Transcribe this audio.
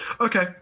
Okay